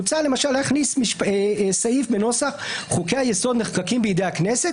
הוצע למשל להכניס סעיף בנוסח חוקי היסוד נחקקים בידי הכנסת